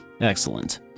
excellent